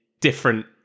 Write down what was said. different